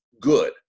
good